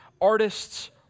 Artists